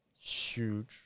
huge